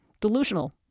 Delusional